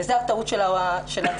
וזו הטעות של הציבור.